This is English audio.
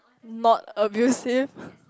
not abusive